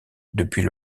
depuis